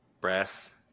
brass